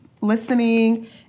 listening